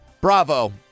Bravo